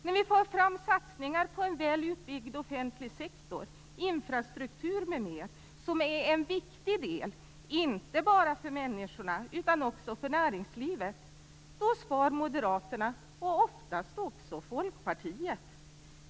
När vi för fram förslag om satsningar på en väl utbyggd offentlig sektor, infrastruktur m.m., som är en viktig del inte bara för människorna utan också för näringslivet, sparar Moderaterna och oftast även Folkpartiet.